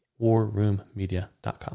WarRoomMedia.com